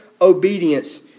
obedience